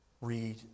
read